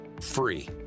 free